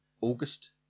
August